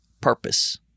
purpose